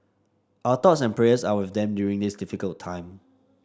our thoughts and prayers are with them during this difficult time